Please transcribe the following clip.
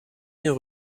bien